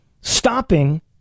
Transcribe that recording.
stopping